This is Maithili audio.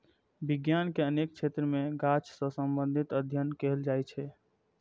विज्ञान के अनेक क्षेत्र मे गाछ सं संबंधित अध्ययन कैल जाइ छै